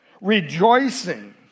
rejoicing